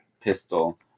pistol